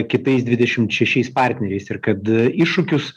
kitais dvidešim šešiais partneriais ir kad iššūkius